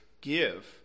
give